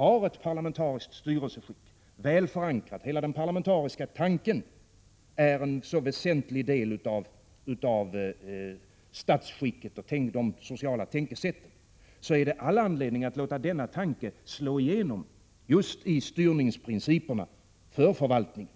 väl förankrat parlamentariskt styrelseskick — hela den parlamentariska tanken är en väsentlig del av statsskicket och de sociala tankesätten — så är det all anledning att låta denna tanke slå igenom just i styrningsprinciperna för förvaltningen.